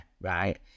right